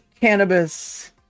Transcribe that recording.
cannabis